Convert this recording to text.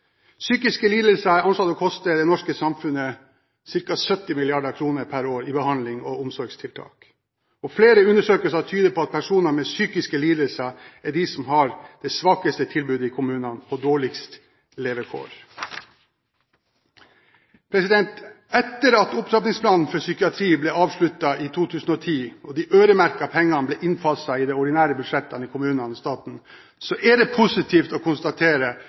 Psykiske lidelser er anslått å koste det norske samfunnet ca. 70 mrd. kr per år i behandling og omsorgstiltak. Flere undersøkelser tyder på at personer med psykiske lidelser er de som har det svakeste tilbudet i kommunene og dårligst levekår. Etter at Opptrappingsplanen for psykiatri ble avsluttet i 2010, og de øremerkede pengene ble innfaset i de ordinære budsjettene i kommunene og staten, er det positivt å konstatere